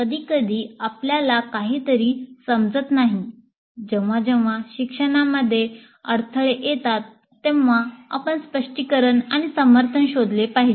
कधीकधी आपल्याला काहीतरी समजत नाही जेव्हा जेव्हा शिक्षणामध्ये अडथळे येतात तेव्हा आपण स्पष्टीकरण आणि समर्थन शोधले पाहिजे